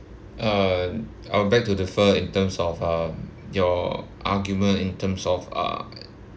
uh I would beg to differ in terms of uh your arguments in terms of uh